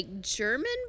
German